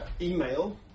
email